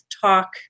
talk